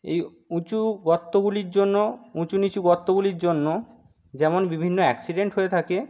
এই উঁচু গর্তগুলির জন্য উঁচু নিচু গর্তগুলির জন্য যেমন বিভিন্ন অ্যাক্সিডেন্ট হয়ে থাকে